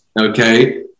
okay